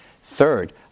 Third